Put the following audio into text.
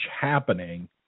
happening